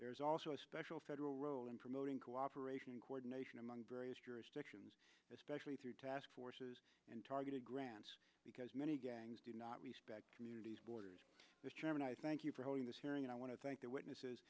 there's also a special federal role in promoting cooperation and coordination among various jurisdictions especially through task forces and targeted grants because many gangs do not respect communities borders thank you for holding this hearing and i want to thank the witnesses